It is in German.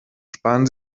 sparen